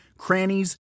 crannies